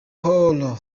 paulo